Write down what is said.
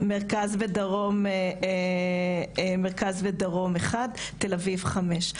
מרכז ודרום אחד, בתל אביב חמש.